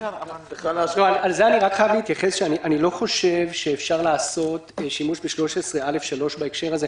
אני לא חושב שאפשר לעשות שימוש ב-13(א)(3) בהקשר הזה.